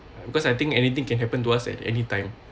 because I think anything can happen to us at any time